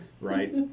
Right